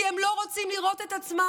כי הם לא רוצים לראות את עצמם,